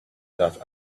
that